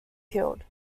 killed